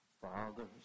fathers